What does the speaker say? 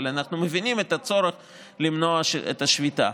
אבל אנחנו מבינים את הצורך למנוע את השביתה,